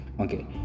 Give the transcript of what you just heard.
okay